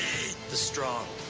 the strong